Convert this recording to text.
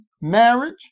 marriage